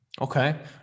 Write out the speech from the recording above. Okay